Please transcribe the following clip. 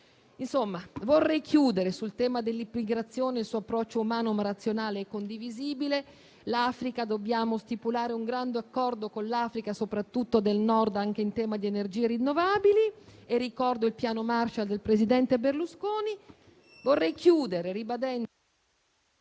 seconde. Vorrei chiudere sul tema dell'immigrazione. Il suo approccio umano, ma razionale è condivisibile. Dobbiamo stipulare un grande accordo con l'Africa, soprattutto del Nord, anche in tema di energie rinnovabili e ricordo il piano Marshall del presidente Berlusconi. Vorrei chiudere ribadendo